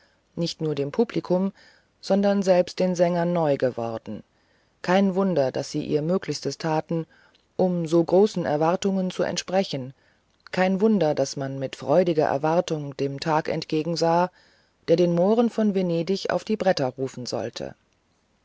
nicht nur dem publikum sondern selbst den sängern neu geworden kein wunder daß sie ihr möglichstes taten um so großen erwartungen zu entsprechen kein wunder daß man mit freudiger erwartung dem tag entgegensah der den mohren von venedig auf die bretter rufen sollte